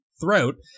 throat